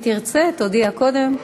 אם תרצה, תודיע קודם,